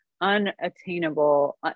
unattainable